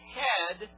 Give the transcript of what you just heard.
head